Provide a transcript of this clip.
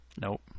Nope